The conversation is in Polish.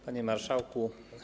Panie Marszałku!